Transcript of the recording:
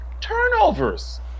turnovers